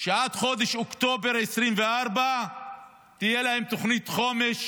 שעד חודש אוקטובר 2024 תהיה להם תוכנית חומש.